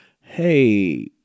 hey